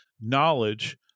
knowledge